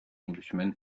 englishman